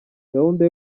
gahunda